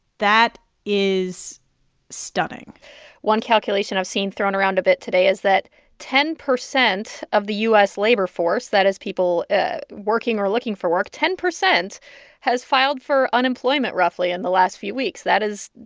that is stunning one calculation i've seen thrown around a bit today is that ten percent of the u s. labor force that is, people working or looking for work ten percent has filed for unemployment roughly in the last few weeks. that is